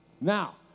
Now